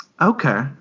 Okay